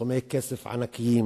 סכומי כסף ענקיים